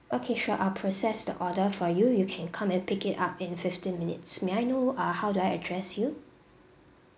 okay sure I'll process the order for you you can come and pick it up in fifteen minutes may I know uh how do I address you